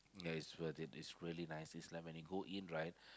ya it's worth it it's really nice it's like when you go in right